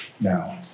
now